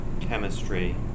chemistry